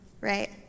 right